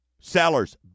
Sellers